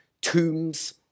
tombs